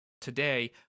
today